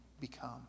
become